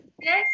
Yes